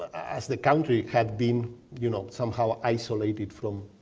as the country, had been you know somehow isolated from.